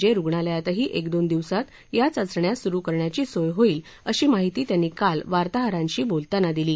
ज ऊग्णालयातही एक दोन दिवसात या चाचण्या सुरू करण्याची सोय होईल अशी माहिती त्यांनी काल वार्ताहरांशी बोलताना दिली